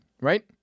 right